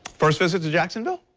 first visit to jacksonville?